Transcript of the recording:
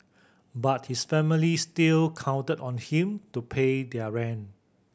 but his family still counted on him to pay their rent